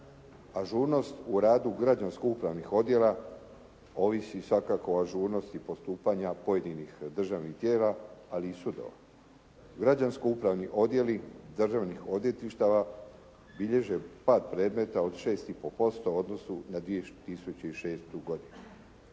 Ažurnost u radu građansko-upravnih odjela ovisi svakako o ažurnosti postupanja pojedinih državnih tijela, ali i sudova. Građansko-upravni odjeli državnih odvjetništava bilježe pad predmeta od 6,5% u odnosu na 2006. godinu.